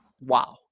Wow